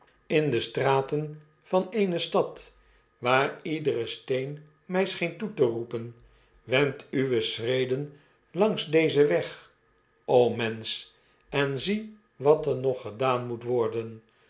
in de straten van eene stad waar iedere steen mij scheen toe te roepen wend uwe schreden langs dezen weg o mensch en zie wat er nog gedaan moet worden